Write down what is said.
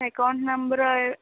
account number if